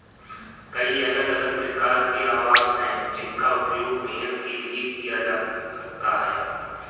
कई अलग अलग प्रकार के आवास हैं जिनका उपयोग भेड़ के लिए किया जा सकता है